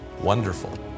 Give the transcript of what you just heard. wonderful